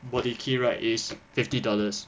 body key right is fifty dollars